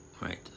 Right